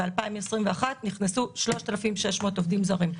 וב-2021 נכנסו 3,600 עובדים זרים.